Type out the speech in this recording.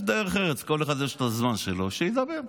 יש דרך ארץ, לכל אחד יש את הזמן שלו שידבר,